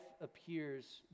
appears